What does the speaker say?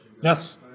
Yes